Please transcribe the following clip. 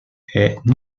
est